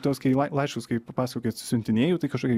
tuos kai lai laiškus kaip papasokit siuntinėjau tai kažkoki